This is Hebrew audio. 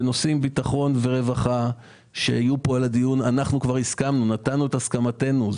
בנושאי ביטחון ורווחה שיהיו פה בדיון אנחנו כבר נתנו את הסכמתנו.